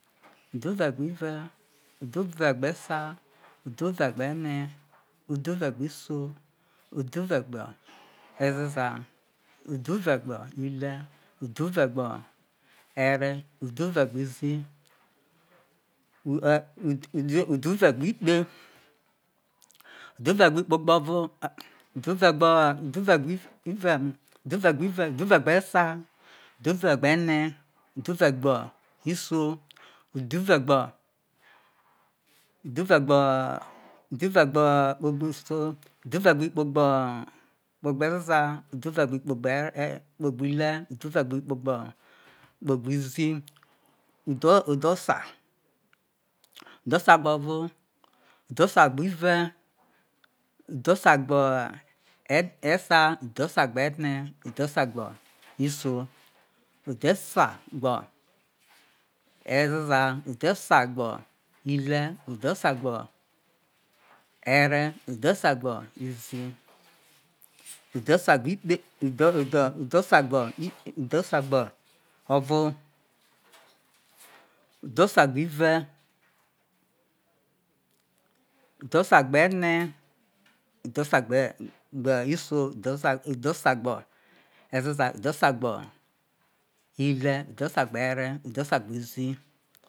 udhuve gbovo, udhuve gbo ive udhuve gbo esa udhuve gbo ono, udhuve gbe iso udhuve gbo ezeza udhuve gbo ile udhuvo gbo ere udhuve gbo izi o udhuvo gbo ikpe udhuve gbo ikpe gbovo udhuve gbo o ive ive udhuve gbo ene udhuve gbo iso udhuve gbo o kpegbiso udhuve gbo kpe gbo o eza udhuve gbo kpegbo ile udhuve gbo o kpegbi izi udhuo udhosa udhe osa gbe ovo udhosa gbe ive udhosa gbe ive udhosa gbe esa, udhosa gbe ene udhosa gbe iso udhosa gbo ezeza udhosa gbo ile udhosa gbo ere udhosa gbo izi udhosa gbe ikpe udho udho udhosa gbo udhosa gbo ene udhosa gbe iso udhosa gbo ezeza udhosa gbo ile udhosa ere udhosa gbo izi.